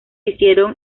hicieron